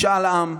משאל עם.